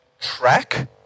track